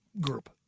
group